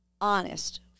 honest